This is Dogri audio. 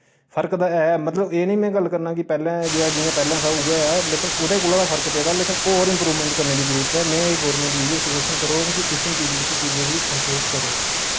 फर्क तां है मत'लब एह् नेईं मैं गल्ल करै ना पैह्लें जेहा जि'यां पैह्ले हा उ'यै नेहा लेकिन ओह्दे कोला ते फर्क पेदा लेकिन होर इम्प्रूवमेंट करने दी जरूरत ऐ में गौरमैंट गी इ'यै सुजैशन करङ कि इस इस्सी चीजी गी इम्प्रूव करो